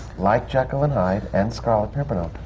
like jekyll and hyde and scarlet pimpernel,